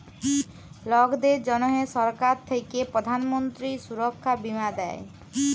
লকদের জনহ সরকার থাক্যে প্রধান মন্ত্রী সুরক্ষা বীমা দেয়